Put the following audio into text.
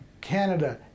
Canada